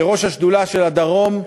כראש שדולת הדרום,